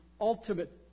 ultimate